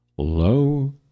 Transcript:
low